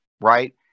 right